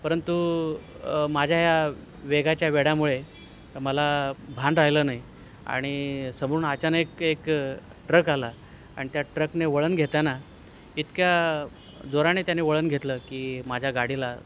परंतु माझ्या या वेगाच्या वेडामुळे मला भान राहिलं नाही आणि समोरून अचानक एक ट्रक आला आणि त्या ट्रकने वळण घेताना इतक्या जोराने त्याने वळण घेतलं की माझ्या गाडीला